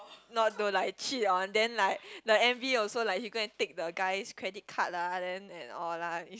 not to like cheat on then like the M_V also like he go and take the guy's credit card lah then and all lah